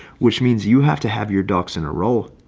which means you have to have your ducks in a row,